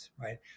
right